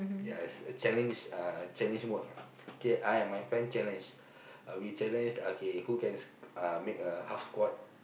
ya is a challenge uh challenge mode ah K I and my friend challenge uh we challenge okay who can uh make a half squat